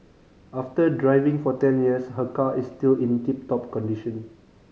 after driving for ten years her car is still in tip top condition